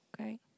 okay